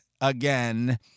again